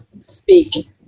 speak